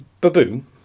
Baboon